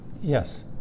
Yes